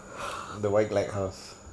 the white lighthouse